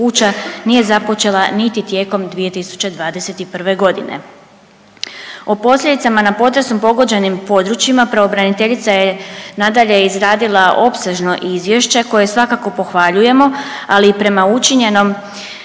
kuća nije započela niti tijekom 2021. godine. O posljedicama na potresom pogođenim područjima pravobraniteljica je nadalje izradila opsežno izvješće koje svakako pohvaljujemo, ali i prema učinjenom